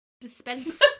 Dispense